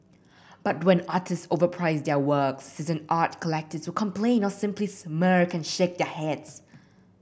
but when artist overprice their works seasoned art collectors complain or simply smirk and shake their heads